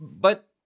But-